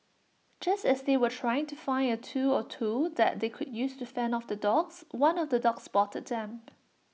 just as they were trying to find A tool or two that they could use to fend off the dogs one of the dogs spotted them